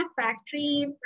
factory